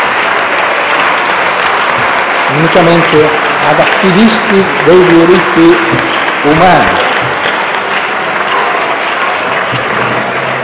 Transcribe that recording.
unitamente ad attivisti dei diritti umani.